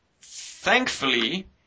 thankfully